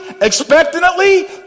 expectantly